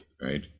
right